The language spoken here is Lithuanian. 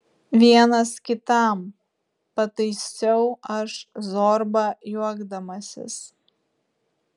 vienas kitam pataisiau aš zorbą juokdamasis